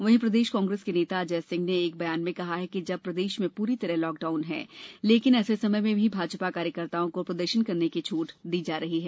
वहीं प्रदेश कांग्रेस के नेता अजय सिंह ने एक बयान में कहा कि जब प्रदेश में पूरी तरह लॉकडाउन है लेकिन ऐसे समय में भी भाजपा कार्यकर्ताओं को प्रदर्शन करने की छूट दी जा रही है